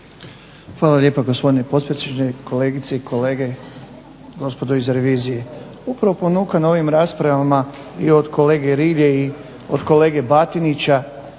Hvala lijepa gospodine potpredsjedniče, kolegice i kolege, gospodo iz revizije. Upravo ponukan ovim raspravama i od kolege Rilje i od kolege Batinića